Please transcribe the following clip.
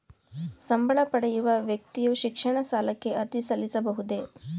ಸಂಬಳ ಪಡೆಯುವ ವ್ಯಕ್ತಿಯು ಶಿಕ್ಷಣ ಸಾಲಕ್ಕೆ ಅರ್ಜಿ ಸಲ್ಲಿಸಬಹುದೇ?